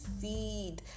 feed